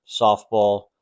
softball